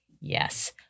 Yes